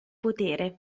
potere